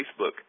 Facebook